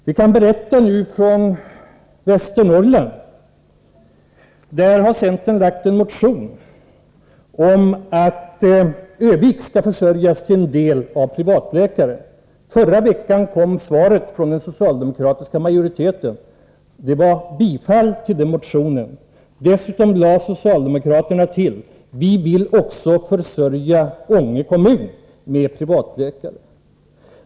Jag kan tala om att i Västernorrlands läns landsting har centern motionerat om att Örnsköldsvik till en del skall försörjas med privatläkare. Förra veckan kom svaret från den socialdemokratiska majoriteten. Vår motion bifölls. Dessutom sade socialdemokraterna: Vi vill också försörja Ånge kommun med privatläkare.